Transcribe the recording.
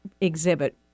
exhibit